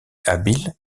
habile